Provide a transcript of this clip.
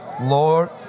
Lord